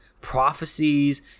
prophecies